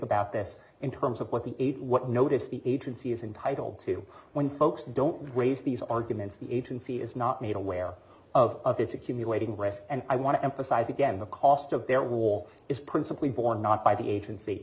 about this in terms of what we ate what notice the agency is entitled to when folks don't waste these arguments the agency is not made aware of its accumulating rest and i want to emphasize again the cost of their war is principally borne not by the agency